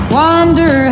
wonder